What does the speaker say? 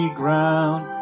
ground